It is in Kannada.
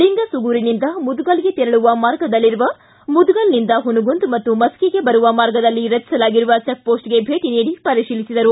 ಲಿಂಗಸೂಗೂರುನಿಂದ ಮುದಗಲ್ಗೆ ತೆರಳುವ ಮಾರ್ಗದಲ್ಲಿರುವ ಮುದಗಲ್ನಿಂದ ಹುಸಗುಂದ ಮತ್ತು ಮಸ್ಕಿಗೆ ಬರುವ ಮಾರ್ಗದಲ್ಲಿ ರಚಿಸಲಾಗಿರುವ ಚೆಕ್ಪೋಸ್ಟ್ಗೆ ಭೇಟಿ ನೀಡಿ ಪರೀತಿಲಿಸಿದರು